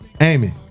Amy